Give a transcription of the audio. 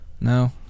No